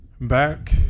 back